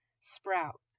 sprout